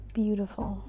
beautiful